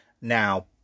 Now